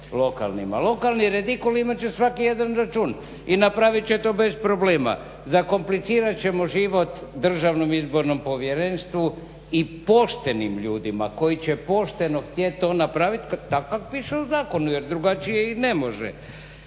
lokalni redikulima će imati svaki jedan račun i napravit će to bez problema, zakomplicirat ćemo život Državnom izbornom povjerenstvu i poštenim ljudima koji će pošteno htjeti to napraviti tak kako piše u zakonu jer drugačije i ne može.